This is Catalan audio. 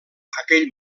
aquell